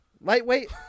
Lightweight